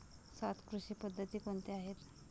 सात कृषी पद्धती कोणत्या आहेत?